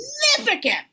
Significant